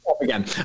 again